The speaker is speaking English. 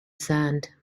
sand